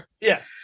yes